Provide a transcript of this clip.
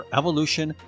evolution